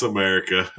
America